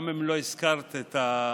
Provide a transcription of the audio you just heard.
גם אם לא הזכרת את הדוגמאות,